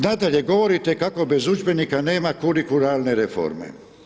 Nadalje govorite kako bez udžbenika nema kurikularne reforme.